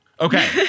Okay